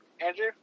Andrew